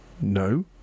No